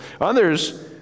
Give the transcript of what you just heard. Others